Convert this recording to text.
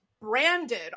branded